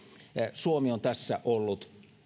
suomi on tässä ollut